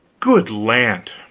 good land!